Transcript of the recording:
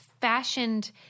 fashioned